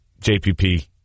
JPP